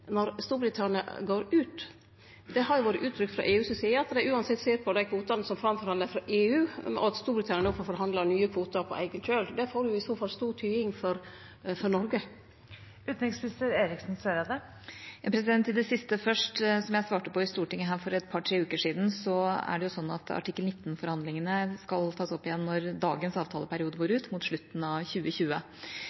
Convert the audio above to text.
når Storbritannia går ut. Det har vore uttrykt frå EUs side at dei uansett ser på dei kvotane som forhandla fram av EU, og at Storbritannia no må forhandle nye kvotar på eigen kjøl. Det får i så fall stor betyding for Noreg. Til det siste først: Som jeg svarte i Stortinget for to–tre uker siden, skal artikkel 19-forhandlingene tas opp igjen når dagens avtaleperiode går ut – mot slutten av 2020. Det